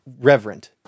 reverent